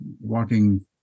walking